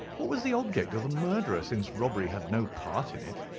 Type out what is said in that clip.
what was the object of the murderer, since robbery had no part in it?